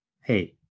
Hey